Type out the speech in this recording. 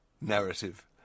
narrative